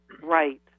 right